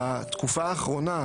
בתקופה האחרונה,